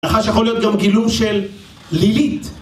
נחש יכול להיות גם גילום של לילית.